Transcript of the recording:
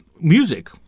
music